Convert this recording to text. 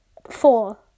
Four